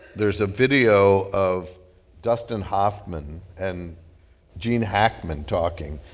there's a video of dustin hoffman and gene hackman talking.